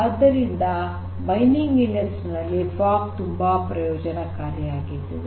ಆದ್ದರಿಂದ mining industry ನಲ್ಲಿ fog ತುಂಬಾ ಪ್ರಯೋಜನಕಾರಿಯಾಗಿದೆ